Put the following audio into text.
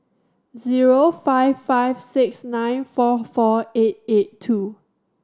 zero five five six nine four four eight eight two